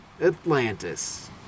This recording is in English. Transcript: Atlantis